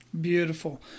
Beautiful